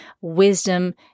wisdom